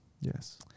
Yes